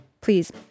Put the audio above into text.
please